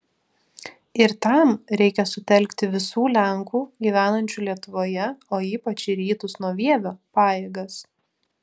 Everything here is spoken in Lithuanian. ir tam reikia sutelkti visų lenkų gyvenančių lietuvoje o ypač į rytus nuo vievio pajėgas